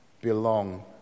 belong